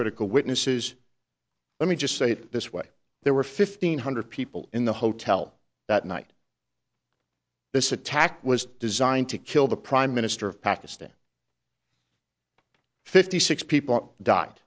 critical witnesses let me just say it this way there were fifteen hundred people in the hotel that night this attack was designed to kill the prime minister of pakistan fifty six people die